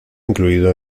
incluido